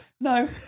No